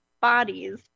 bodies